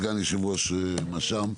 סגן יושב-ראש מרכז שלטון מקומי.